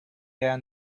end